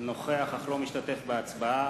בהצבעה